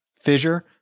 fissure